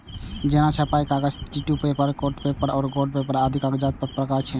जेना छपाइ के कागज, tissue paper, coated paper, card board आदि कागजक प्रकार छियै